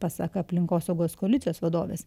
pasak aplinkosaugos koalicijos vadovės